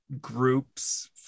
groups